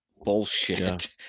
Bullshit